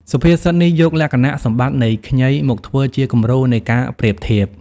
សុភាសិតនេះយកលក្ខណៈសម្បត្តិនៃ ខ្ញី មកធ្វើជាគំរូនៃការប្រៀបធៀប។